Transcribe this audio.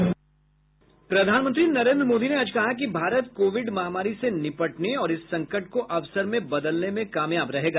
प्रधानमंत्री नरेंद्र मोदी ने आज कहा कि भारत कोविड महामारी से निपटने और इस संकट को अवसर में बदलने में कामयाब रहेगा